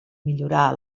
millorar